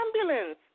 ambulance